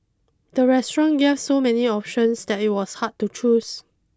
the restaurant gave so many options that it was hard to choose